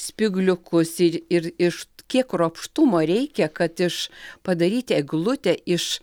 spygliukus ir iš kiek kruopštumo reikia kad iš padaryti eglutę iš